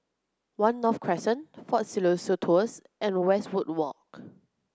One North Crescent Fort Siloso Tours and Westwood Walk